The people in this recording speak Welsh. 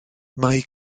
mae